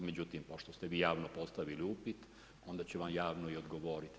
Međutim, pošto ste vi javno postavili upit, onda ću vam javno i odgovoriti.